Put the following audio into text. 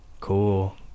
Cool